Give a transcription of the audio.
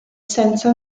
senza